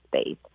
space